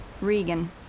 Regan